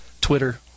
Twitter